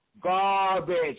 garbage